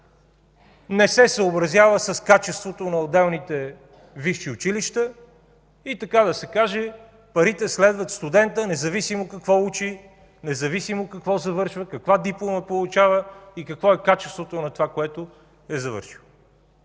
не се съобразява с качеството на отделните висши училища и така да се каже парите следват студента, независимо какво учи, независимо какво завършва, каква диплома получава и какво е качеството на това, което е завършил.